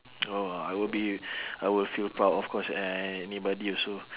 !wah! I will be I will feel proud of course anybody also